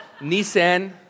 Nissan